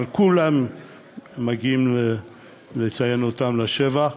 כולם מגיע להם לציין אותם לשבח.